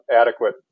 adequate